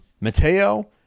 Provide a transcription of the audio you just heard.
mateo